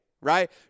right